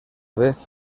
vez